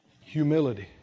Humility